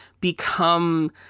become